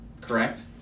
correct